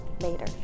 later